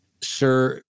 Sir